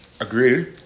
agreed